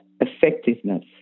effectiveness